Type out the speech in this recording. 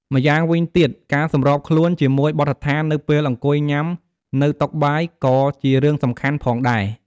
ម្យ៉ាងវិញទៀត ការសម្របខ្លួនជាមួយបទដ្ឋាននៅពេលអង្គុយញ៉ាំនៅតុបាយ ក៏ជារឿងសំខាន់ផងដែរ។